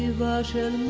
version